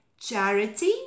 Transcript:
charity